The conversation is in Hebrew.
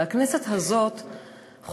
והכנסת הזאת חוקקה,